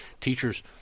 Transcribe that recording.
Teachers